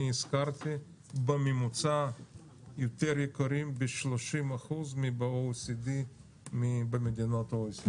הזכרתי בממוצע יותר יקרים ב-30% מבמדינות ה-OECD.